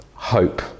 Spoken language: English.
Hope